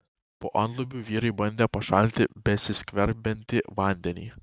po antlubiu vyrai bandė pašalinti besiskverbiantį vandenį